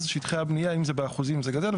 אז שטחי הבניה אם זה באחוזים זה גדל,